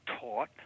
taught